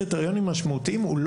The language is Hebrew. זה נכון שזה קריטריון שהוא שוויוני,